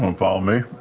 um follow me?